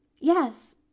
Yes